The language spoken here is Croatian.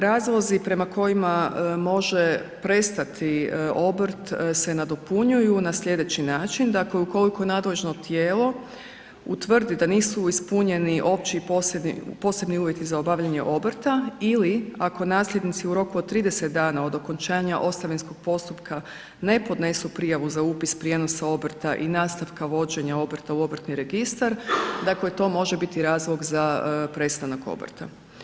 Razlozi prema kojima može prestati obrt se nadopunjuju na sljedeći način, dakle ukoliko nadležno tijelo utvrdi da nisu ispunjeno opći i posebni uvjeti za obavljanje obrta ili ako nasljednici u roku od 30 dana od okončanja ostavinskog postupka ne podnesu prijavu za upis prijenosa obrta i nastavka obrta u Obrtni registar, dakle to može biti razlog za prestanak obrta.